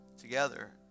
together